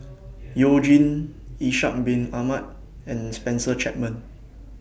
YOU Jin Ishak Bin Ahmad and Spencer Chapman